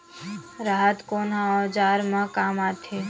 राहत कोन ह औजार मा काम आथे?